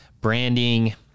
Branding